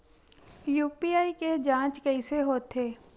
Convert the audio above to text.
UPI के के जांच कइसे होथे?